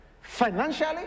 financially